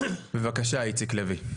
בבקשה, איציק לוי.